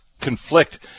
conflict